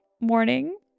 morning